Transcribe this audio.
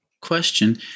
question